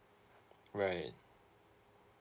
right